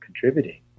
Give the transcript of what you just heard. contributing